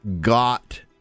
got